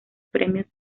premios